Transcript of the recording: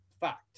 fact